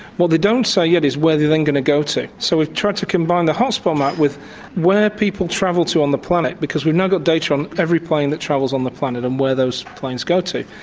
what they don't say yet is where they're then going to go to so we've tried to combine the hotspot map with where people travel to on the planet because we've now got data on every plane that travels on the planet and where those planes go to.